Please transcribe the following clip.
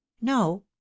no